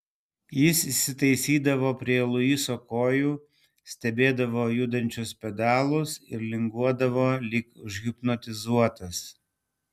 jis įsitaisydavo prie luiso kojų stebėdavo judančius pedalus ir linguodavo lyg užhipnotizuotas